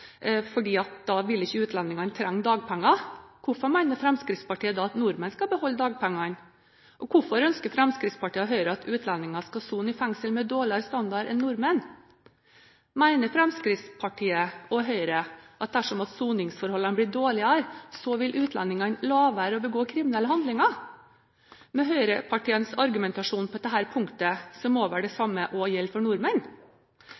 fordi utlendingene ikke da vil trenge dagpenger, hvorfor mener Fremskrittspartiet da at nordmenn skal beholde dagpengene? Og hvorfor ønsker Fremskrittspartiet og Høyre at utlendinger skal sone i fengsel med dårligere standard enn nordmenn? Mener Fremskrittspartiet og Høyre at dersom soningsforholdene blir dårligere, vil utlendingene la være å begå kriminelle handlinger? Med høyrepartienes argumentasjon på dette punktet må vel det samme gjelde for nordmenn?